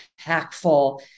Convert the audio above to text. impactful